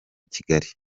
kigali